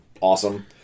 awesome